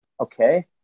okay